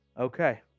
Okay